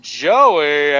joey